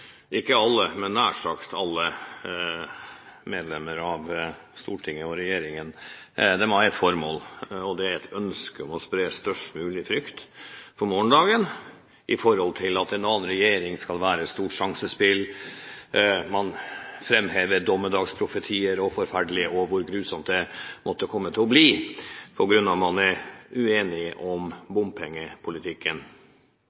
ikke alle – men nær sagt alle – medlemmer av Stortinget og regjeringen har ett formål, og det er et ønske om å spre størst mulig frykt for morgendagen om at en annen regjering skal være et stort sjansespill. Man framhever dommedagsprofetier og hvor grusomt det måtte komme til å bli, på grunn av at man er uenig om